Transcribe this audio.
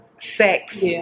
Sex